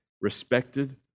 respected